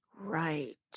Right